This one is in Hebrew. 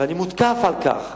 ואני מותקף על כך.